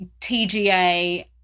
TGA